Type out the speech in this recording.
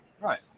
right